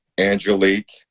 angelique